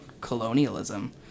colonialism